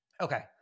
Okay